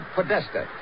Podesta